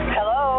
Hello